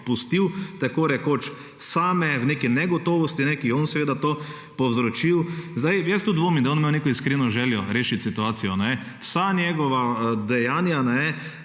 pustil tako rekoč same v neki negotovosti, ki jo je on seveda to povzročil. Zdaj, jaz tudi dvomim da je on imel neko iskreno željo rešiti situacijo. Vsa njegova dejanja od